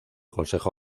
consejo